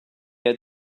had